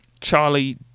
Charlie